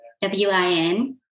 W-I-N